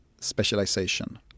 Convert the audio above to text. specialization